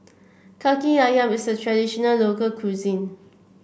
kaki ayam is a traditional local cuisine